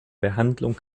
behandlung